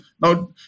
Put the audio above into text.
Now